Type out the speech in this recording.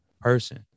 person